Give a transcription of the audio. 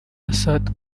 assad